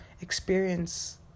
experience